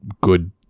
good